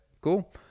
cool